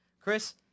Chris